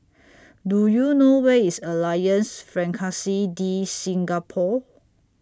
Do YOU know Where IS Alliance Francaise De Singapour